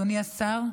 אדוני השר,